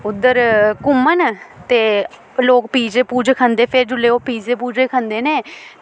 उद्धर घूमन ते लोग पीजे पूजे खंदे फिर जेल्लै ओह् पीजे पूजे खंदे न